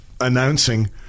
announcing